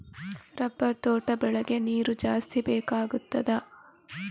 Rubber ತೋಟ ಬೆಳೆಗೆ ನೀರು ಜಾಸ್ತಿ ಬೇಕಾಗುತ್ತದಾ?